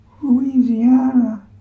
Louisiana